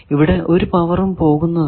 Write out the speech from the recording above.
ഇവിടെ ഒരു പവറും പോകുന്നതല്ല